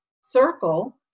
circle